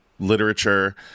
literature